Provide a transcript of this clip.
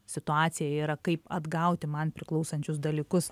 situacija yra kaip atgauti man priklausančius dalykus